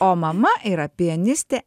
o mama yra pianistė